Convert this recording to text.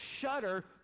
shudder